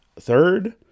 third